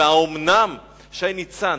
והאומנם שי ניצן,